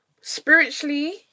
spiritually